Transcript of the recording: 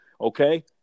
Okay